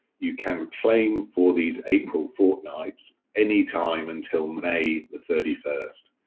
you can claim for these april fortnights any time until may the thirty first.